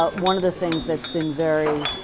ah one of the things that's been very